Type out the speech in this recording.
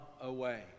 away